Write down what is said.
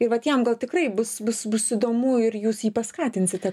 tai vat jam gal tikrai bus bus bus įdomu ir jūs jį paskatinsite